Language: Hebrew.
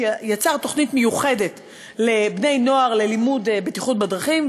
שיצר תוכנית מיוחדת לבני נוער ללימוד בטיחות בדרכים,